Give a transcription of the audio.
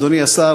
אדוני השר,